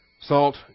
Salt